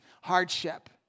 hardship